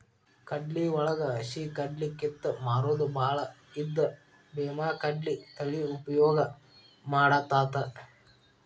ಕಡ್ಲಿವಳಗ ಹಸಿಕಡ್ಲಿ ಕಿತ್ತ ಮಾರುದು ಬಾಳ ಇದ್ದ ಬೇಮಾಕಡ್ಲಿ ತಳಿ ಉಪಯೋಗ ಮಾಡತಾತ